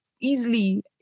easily